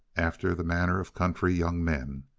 after the manner of country young men.